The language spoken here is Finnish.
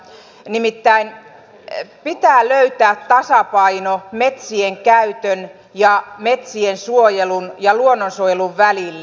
nimittäin pitää löytää tasapaino metsien käytön ja metsien suojelun ja luonnonsuojelun välille